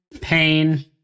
Pain